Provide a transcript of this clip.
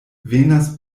venas